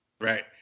right